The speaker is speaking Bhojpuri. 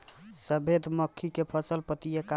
सफेद मक्खी से फसल के पतिया के कइसे बचावल जाला?